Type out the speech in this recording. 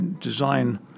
design